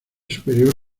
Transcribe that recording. superior